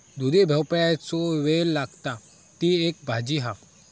दुधी भोपळ्याचो वेल लागता, ती एक भाजी हा